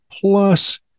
plus